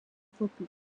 vorbild